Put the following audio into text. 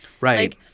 right